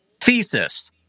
thesis